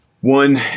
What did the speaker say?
One